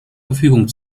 verfügung